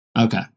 okay